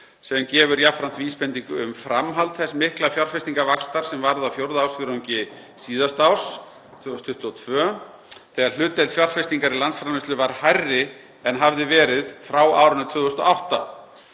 sem gefur jafnframt vísbendingu um framhald þess mikla fjárfestingarvaxtar sem varð á fjórða ársfjórðungi síðasta árs, 2022, þegar hlutdeild fjárfestingar í landsframleiðslu var hærri en hafði verið frá árinu 2008;